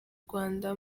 rwanda